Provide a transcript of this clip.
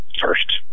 first